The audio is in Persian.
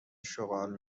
شغال